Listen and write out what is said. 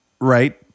right